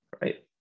right